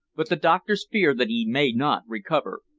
but the doctors fear that he may not recover.